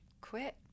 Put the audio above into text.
quit